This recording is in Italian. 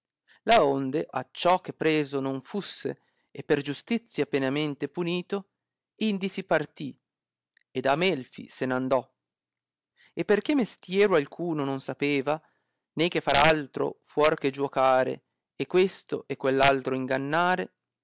sbandito laonde acciò che preso non fusse e per giustizia pienamente punito indi si partì ed a melfi se n andò e perchè mistiero alcuno non sapeva né che far altro fuor che giuocare e questo e quell'altro ingannare